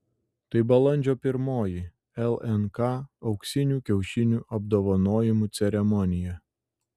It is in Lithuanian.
tai balandžio pirmoji lnk auksinių kiaušinių apdovanojimų ceremonija